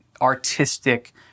artistic